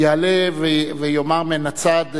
יעלה ויאמר מן הצד,